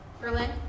Berlin